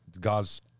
god's